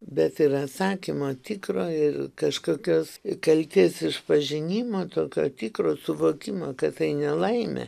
bet ir atsakymo tikro ir kažkokios kaltės išpažinimo tokio tikro suvokimo kad tai nelaimė